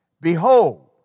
Behold